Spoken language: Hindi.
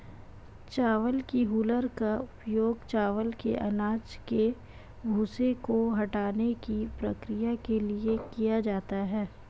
चावल की हूलर का उपयोग चावल के अनाज के भूसे को हटाने की प्रक्रिया के लिए किया जाता है